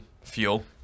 fuel